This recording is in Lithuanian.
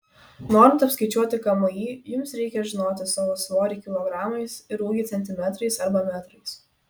norint apskaičiuoti kmi jums reikia žinoti savo svorį kilogramais ir ūgį centimetrais arba metrais